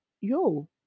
Yo